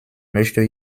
möchte